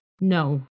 No